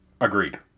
Agreed